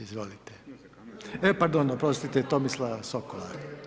Izvolite, e pardon, oprostite, Tomislava Sokola.